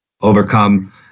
overcome